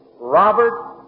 Robert